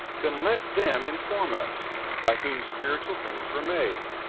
then let them inform us by whom spiritual things were made.